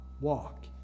walk